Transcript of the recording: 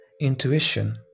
intuition